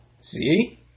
See